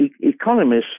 economists